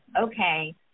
okay